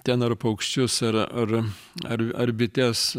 ten ar paukščius ar ar ar ar bites